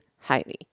highly